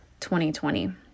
2020